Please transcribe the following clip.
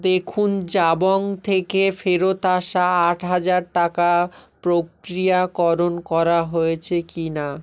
দেখুন জাবং থেকে ফেরত আসা আট হাজার টাকা প্রক্রিয়াকরণ করা হয়েছে কি না